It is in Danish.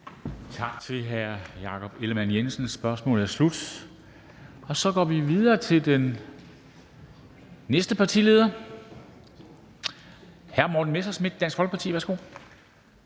Tak til hr. Jakob Ellemann-Jensen. Spørgsmålet er slut. Så går vi videre til den næste partileder. Hr. Morten Messerschmidt, Dansk Folkeparti, værsgo.